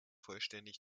vollständig